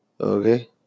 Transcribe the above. okay